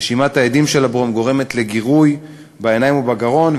נשימת האדים של הברום גורמת לגירוי בעיניים ובגרון,